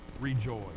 rejoice